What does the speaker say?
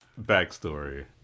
backstory